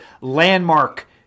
landmark